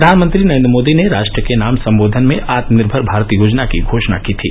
प्रधानमंत्री नरेन्द्र मोदी ने राष्ट्र के नाम संबोधन में आत्मनिर्मर भारत योजना की घोषणा की थी